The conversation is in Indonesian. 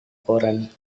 koran